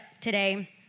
today